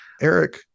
Eric